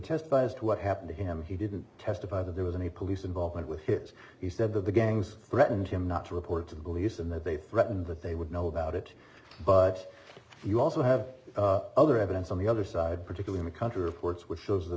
testifies to what happened to him he didn't testify that there was any police involvement with hits he said that the gangs threatened him not to report to police and that they threatened that they would know about it but you also have other evidence on the other side particularly the country reports which shows that